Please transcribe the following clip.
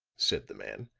said the man.